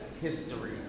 history